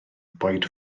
boed